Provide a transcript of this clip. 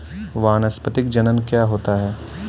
वानस्पतिक जनन क्या होता है?